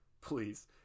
please